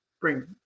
bring